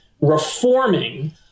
reforming